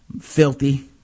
filthy